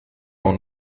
und